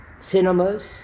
cinemas